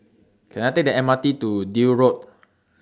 Can I Take The M R T to Deal Road